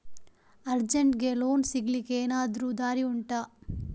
ಅರ್ಜೆಂಟ್ಗೆ ಲೋನ್ ಸಿಗ್ಲಿಕ್ಕೆ ಎನಾದರೂ ದಾರಿ ಉಂಟಾ